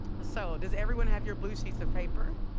so does everyone have your blue sheets of paper?